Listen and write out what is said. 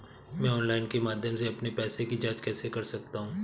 मैं ऑनलाइन के माध्यम से अपने पैसे की जाँच कैसे कर सकता हूँ?